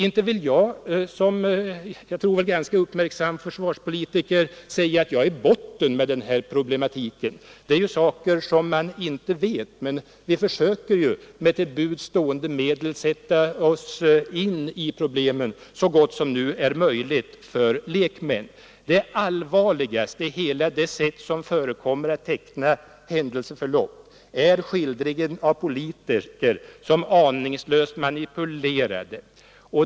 Inte vill jag som — vågar jag säga — en ganska uppmärksam försvarspolitiker säga att jag gått till botten med den här problematiken. Det är saker som man inte vet, men vi försöker ju med till buds stående medel sätta oss in i problemen så gott som det är möjligt för lekmän att göra det. Det allvarligaste i hela teckningen av händelseförloppet är skildringen av politiker som aningslöst manipulerats.